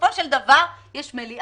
בסופו של דבר, יש מליאה,